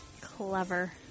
clever